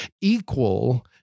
equal